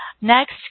Next